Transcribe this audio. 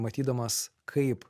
matydamas kaip